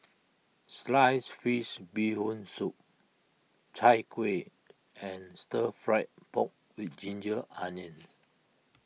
Sliced Fish Bee Hoon Soup Chai Kuih and Stir Fry Pork with Ginger Onions